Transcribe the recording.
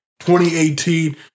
2018